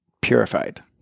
purified